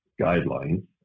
guidelines